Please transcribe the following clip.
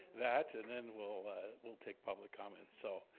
that, and then we'll ah we'll take public comments. so,